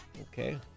Okay